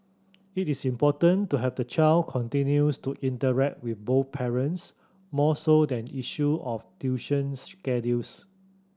it is important to have the child continues to interact with both parents more so than issue of tuition schedules